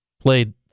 Played